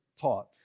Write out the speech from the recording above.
taught